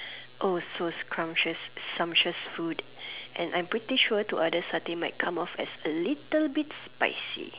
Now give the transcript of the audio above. oh so scrumptious sumptuous food and I'm pretty sure to others satay might come off as a little bit spicy